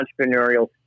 entrepreneurial